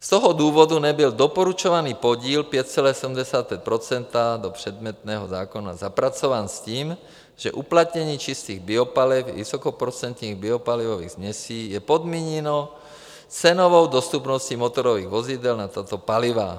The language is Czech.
Z toho důvodu nebyl doporučovaný podíl 5,75 % do předmětného zákona zapracován s tím, že uplatnění čistých biopaliv a vysokoprocentních biopalivových směsí je podmíněno cenovou dostupností motorových vozidel na tato paliva.